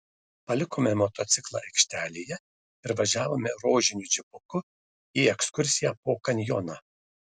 palikome motociklą aikštelėje ir važiavome rožiniu džipuku į ekskursiją po kanjoną